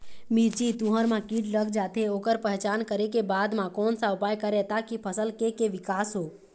मिर्ची, तुंहर मा कीट लग जाथे ओकर पहचान करें के बाद मा कोन सा उपाय करें ताकि फसल के के विकास हो?